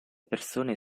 persone